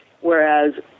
Whereas